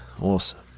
awesome